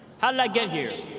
how did i get here?